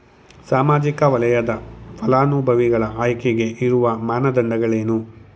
ಸಾಮಾಜಿಕ ವಲಯದ ಫಲಾನುಭವಿಗಳ ಆಯ್ಕೆಗೆ ಇರುವ ಮಾನದಂಡಗಳೇನು?